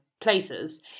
places